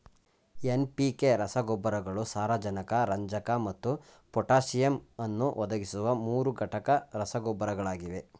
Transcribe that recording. NPK ರಸಗೊಬ್ಬರಗಳು ಸಾರಜನಕ ರಂಜಕ ಮತ್ತು ಪೊಟ್ಯಾಸಿಯಮ್ ಅನ್ನು ಒದಗಿಸುವ ಮೂರುಘಟಕ ರಸಗೊಬ್ಬರಗಳಾಗಿವೆ